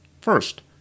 First